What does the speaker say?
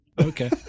Okay